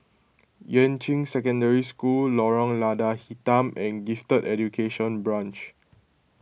Yuan Ching Secondary School Lorong Lada Hitam and Gifted Education Branch